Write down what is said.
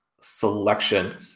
selection